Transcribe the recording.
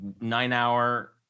nine-hour